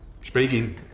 Speaking